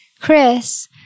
Chris